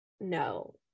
no